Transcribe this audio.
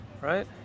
right